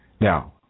Now